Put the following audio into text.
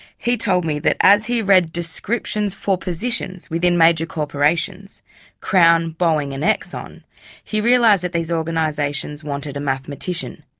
he told me that as he read descriptions for positions within major corporations crown, crown, boeing and exxon he realised that these organisations wanted a mathematician,